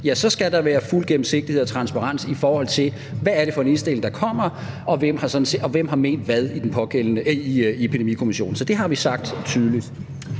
så skal der være fuld gennemsigtighed og transparens, i forhold til hvad det er for en indstilling, der kommer, og hvem der har ment hvad i den pågældende epidemikommission. Så det har vi sagt tydeligt.